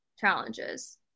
challenges